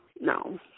No